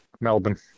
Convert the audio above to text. Melbourne